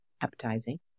appetizing